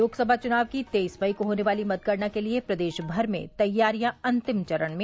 लोकसभा चुनाव की तेईस मई को होने वाली मतगणना के लिये प्रदेश भर में तैयारियां अंतिम चरण में